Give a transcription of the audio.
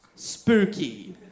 Spooky